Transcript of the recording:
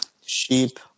Sheep